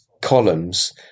columns